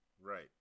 Right